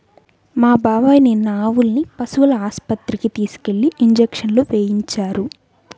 మా బాబాయ్ నిన్న ఆవుల్ని పశువుల ఆస్పత్రికి తీసుకెళ్ళి ఇంజక్షన్లు వేయించారు